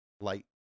light